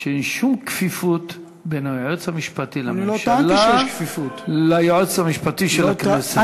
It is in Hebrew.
שאין שום כפיפות בין היועץ המשפטי לממשלה ליועץ המשפטי של הכנסת.